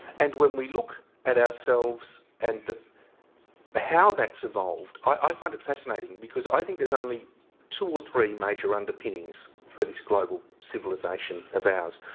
and when we look at ourselves and the how that's evolved i find it fascinating because i think there's only two or three major underpinnings for this global civilisation of ours.